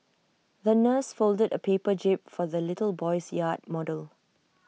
the nurse folded A paper jib for the little boy's yacht model